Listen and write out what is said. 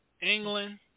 England